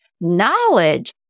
knowledge